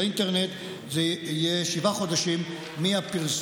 של האינטרנט, זה יהיה שבעה חודשים מהפרסום.